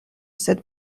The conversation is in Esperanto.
sed